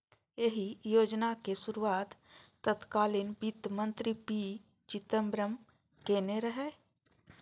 एहि योजनाक शुरुआत तत्कालीन वित्त मंत्री पी चिदंबरम केने रहै